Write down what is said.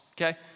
okay